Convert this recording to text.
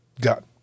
got